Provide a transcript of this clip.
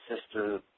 sister